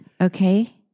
Okay